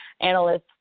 analysts